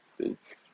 States